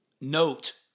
note-